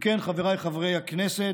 אם כן, חבריי חברי הכנסת,